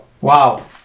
Wow